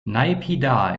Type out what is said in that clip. naypyidaw